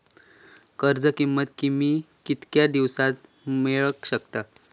कर्ज कमीत कमी कितक्या दिवसात मेलक शकता?